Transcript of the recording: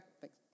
Thanks